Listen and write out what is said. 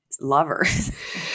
lovers